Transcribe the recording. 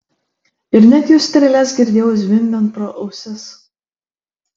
ir net jų strėles girdėjau zvimbiant pro ausis